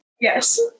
Yes